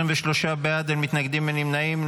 23 בעד, אין מתנגדים, אין נמנעים.